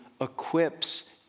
equips